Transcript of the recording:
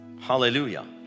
hallelujah